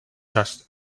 just